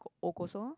O Kosong orh